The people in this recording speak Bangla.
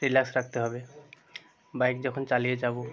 রিল্যাক্স রাখতে হবে বাইক যখন চালিয়ে যাবো